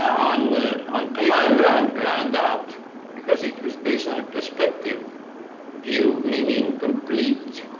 on on paper and planned out because it was based on a perspective view, meaning complete